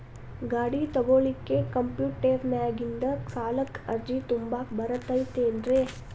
ಗಾಡಿ ತೊಗೋಳಿಕ್ಕೆ ಕಂಪ್ಯೂಟೆರ್ನ್ಯಾಗಿಂದ ಸಾಲಕ್ಕ್ ಅರ್ಜಿ ತುಂಬಾಕ ಬರತೈತೇನ್ರೇ?